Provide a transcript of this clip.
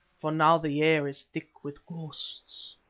for now the air is thick with ghosts.